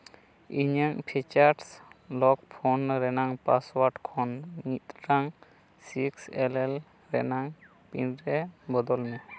ᱤᱧᱟᱹᱜ features lock phone ᱨᱮᱱᱟᱝ password ᱠᱷᱚᱱ ᱢᱤᱫᱴᱟᱝ ᱥᱤᱠᱥ ᱮᱞ ᱮᱞ ᱨᱮᱱᱟᱝ ᱨᱮ ᱵᱚᱫᱚᱞ ᱢᱮ